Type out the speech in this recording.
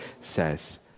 says